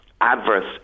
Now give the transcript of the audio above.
adverse